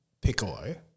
Piccolo